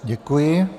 Děkuji.